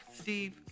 Steve